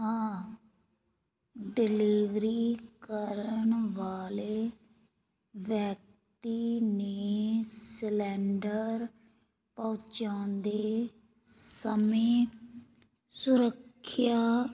ਹਾਂ ਡਲੀਵਰੀ ਕਰਨ ਵਾਲੇ ਵਿਅਕਤੀ ਨੇ ਸਿਲੰਡਰ ਪਹੁੰਚਾਉਂਦੇ ਸਮੇਂ ਸੁਰੱਖਿਆ